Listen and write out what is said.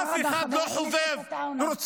אף אחד לא חובב -- תודה רבה, חבר הכנסת עטאונה.